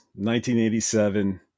1987